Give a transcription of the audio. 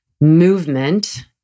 movement